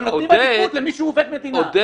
אבל נותנים עדיפות למי שהוא עובד מדינה,